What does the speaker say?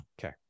Okay